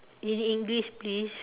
in English please